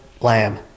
lamb